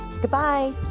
Goodbye